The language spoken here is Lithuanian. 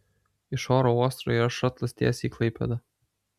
iš oro uosto yra šatlas tiesiai į klaipėdą